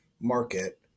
market